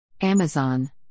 Amazon